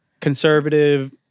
conservative